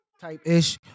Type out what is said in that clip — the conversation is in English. type-ish